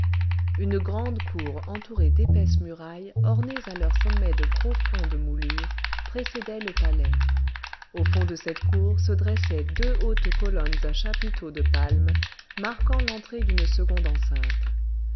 une grande cour entourée d'épaisses murailles ornées à leur sommet de profondes moulures précédait le palais au fond de cette cour se dressaient deux hautes colonnes à chapiteaux de palmes marquant l'entrée d'une seconde enceinte